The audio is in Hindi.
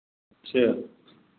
अच्छा